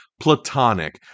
platonic